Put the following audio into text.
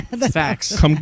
facts